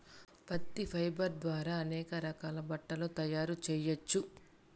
పత్తి ఫైబర్ ద్వారా అనేక రకాల బట్టలు తయారు చేయచ్చు